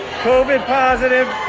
covid positive,